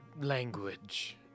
language